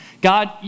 God